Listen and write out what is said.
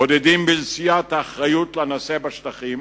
בודדים בנשיאת האחריות לנעשה בשטחים